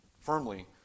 firmly